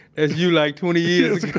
and you like twenty years